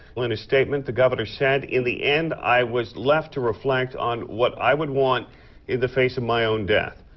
in his statement, the governor said, in the end i was left to reflect on what i would want in the face of my own death.